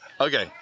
Okay